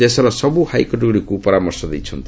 ଦେଶର ସବୁ ହାଇକୋର୍ଟଗୁଡ଼ିକୁ ପରାମର୍ଶ ଦେଇଛନ୍ତି